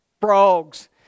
frogs